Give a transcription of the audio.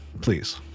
please